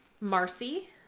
Marcy